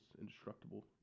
indestructible